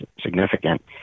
significant